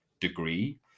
degree